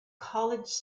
college